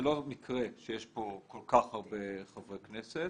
זה לא מקרה שיש פה כל כך הרבה חברי כנסת.